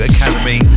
Academy